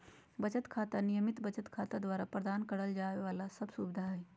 बचत खाता, नियमित बचत खाता द्वारा प्रदान करल जाइ वाला सब सुविधा हइ